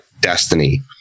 destiny